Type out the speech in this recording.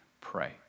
pray